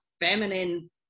feminine